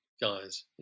guys